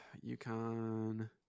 Yukon